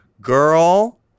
Girl